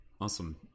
Awesome